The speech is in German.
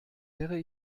wäre